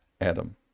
Adam